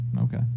Okay